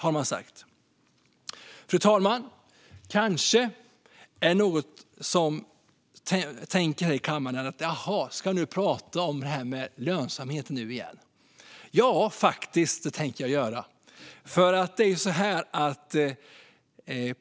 Fru talman! Kanske är det någon här i kammaren som tänker: Ska han prata om det här med lönsamheten nu igen? Ja, det tänker jag faktiskt göra!